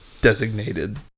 designated